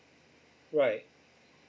right